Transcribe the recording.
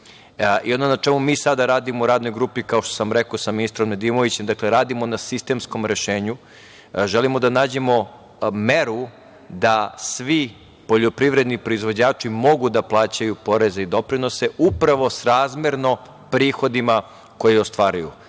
Jedno na čemu mi sada radimo u radnoj grupi, kao što sam rekao sa ministrom Nedimovićem, dakle radimo na sistemskom rešenju. Želimo da nađemo meru da svi poljoprivredni proizvođači mogu da plaćaju poreze i doprinose upravo srazmerno prihodima koje ostvaruju. Dakle,